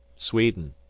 sweden.